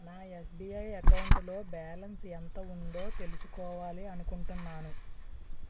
నా ఎస్బీఐ అకౌంటులో బ్యాలన్స్ ఎంత ఉందో తెలుసుకోవాలి అనుకుంటున్నాను